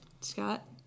Scott